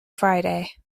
friday